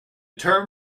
term